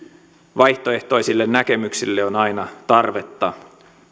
vaihtoehtoisille näkemyksille on aina tarvetta